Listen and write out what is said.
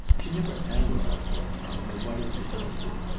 she never analyzed that tone, or what it suggested,